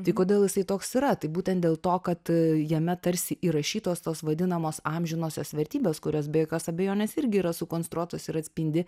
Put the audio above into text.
tai kodėl jisai toks yra tai būtent dėl to kad a jame tarsi įrašytos tos vadinamos amžinosios vertybės kurios be jokios abejonės irgi yra sukonstruotos ir atspindi